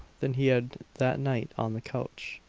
than he had that night on the couch.